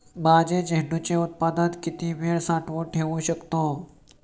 माझे झेंडूचे उत्पादन किती वेळ साठवून ठेवू शकतो?